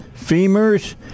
femurs